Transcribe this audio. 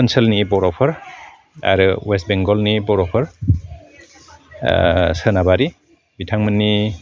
ओनसोलनि बर'फोर आरो वेस्ट बेंगलनि बर'फोर सोनाबारि बिथांमोननि